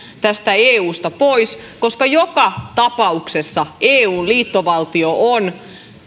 tästä eusta pois koska joka tapauksessa eun liittovaltio on